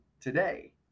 today